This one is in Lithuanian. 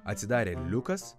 atsidarė liukas